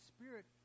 Spirit